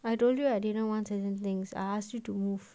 I told you I didn't want certain things I ask you to move